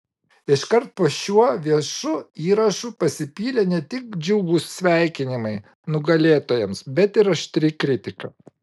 iškart po šiuo viešu įrašu pasipylė ne tik džiugūs sveikinimai nugalėtojams bet ir aštri kritika